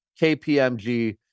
KPMG